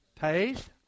taste